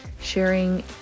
sharing